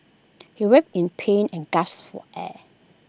he writhed in pain and gasped for air